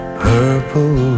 purple